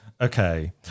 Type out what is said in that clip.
Okay